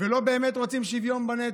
ולא באמת רוצים שוויון בנטל.